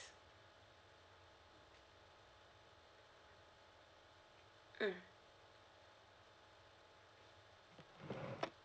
mm